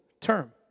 term